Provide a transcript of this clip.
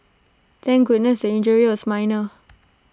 thank goodness the injury was minor